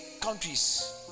countries